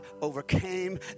overcame